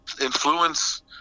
influence